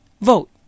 vote